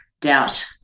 doubt